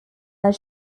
are